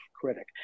critic